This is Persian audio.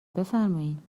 بفرمایین